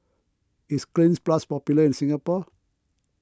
is Cleanz Plus popular in Singapore